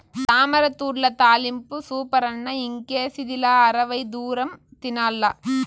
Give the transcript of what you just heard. తామరతూడ్ల తాలింపు సూపరన్న ఇంకేసిదిలా అరవై దూరం తినాల్ల